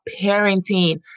parenting